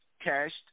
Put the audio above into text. cashed